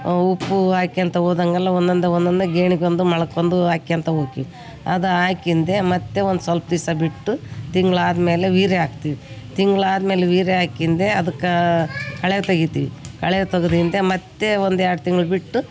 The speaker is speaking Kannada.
ಉಪ್ಪು ಹಾಕ್ಯಂತ ಹೋದಂಗಲ್ಲಾ ಒಂದೊಂದೇ ಒನೊಂದೆ ಗೇಣ್ಗೆ ಒಂದು ಮೊಳ್ಕ್ ಒಂದು ಹಾಕ್ಯಂತ ಹೋಕ್ಕಿವ್ ಅದು ಹಾಕಿಂದೆ ಮತ್ತು ಒಂದು ಸ್ವಲ್ಪ ದಿವ್ಸ ಬಿಟ್ಟು ತಿಂಗ್ಳಾದ ಮೇಲೆ ವೀರ್ಯ ಹಾಕ್ತಿವಿ ತಿಂಗ್ಳಾದ ಮೇಲೆ ವೀರ್ಯ ಹಾಕಿಂದೆ ಅದಕ್ಕಾ ಕಳೆ ತೆಗಿತಿವಿ ಕಳೆ ತೆಗ್ದಿಂದೆ ಮತ್ತು ಒಂದು ಎರಡು ತಿಂಗ್ಳು ಬಿಟ್ಟು